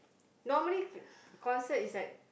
normally concert is like